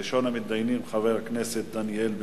ראשון המתדיינים, חבר הכנסת דניאל בן-סימון,